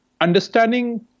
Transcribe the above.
understanding